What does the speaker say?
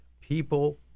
people